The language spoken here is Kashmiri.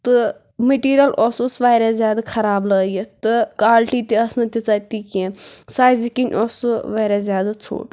تہٕ مٔٹیٖریَل اوسُس واریاہ زیادٕ خراب لٲگِتھ تہٕ کالٹی تہِ ٲس نہٕ تیٖژاہ تہِ کیٚنٛہہ سایزِ کِنۍ اوس سُہ واریاہ زیادٕ ژھوٚٹ